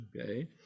Okay